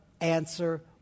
answer